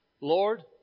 Lord